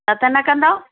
न त न कंदव